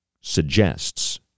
suggests